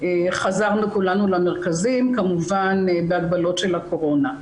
חזרנו כולנו למרכזים, כמובן בהגבלות של הקורונה.